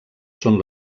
són